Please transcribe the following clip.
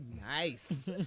Nice